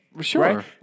Sure